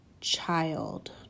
child